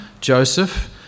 Joseph